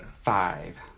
five